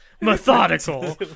Methodical